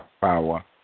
power